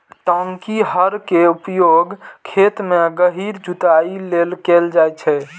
टांकी हर के उपयोग खेत मे गहींर जुताइ लेल कैल जाइ छै